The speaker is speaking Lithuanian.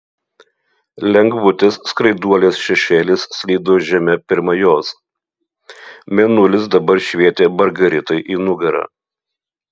lengvutis skraiduolės šešėlis slydo žeme pirma jos mėnulis dabar švietė margaritai į nugarą